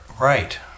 Right